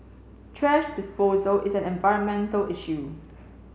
thrash disposal is an environmental issue